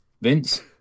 Vince